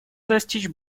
достичь